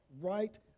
right